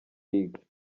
league